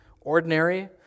ordinary